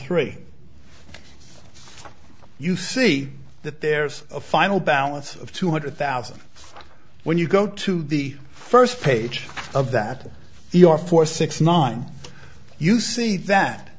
three you see that there's a final balance of two hundred thousand when you go to the first page of that the are four six nine you see that